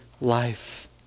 life